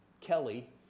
Kelly